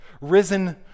risen